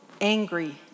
angry